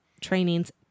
trainings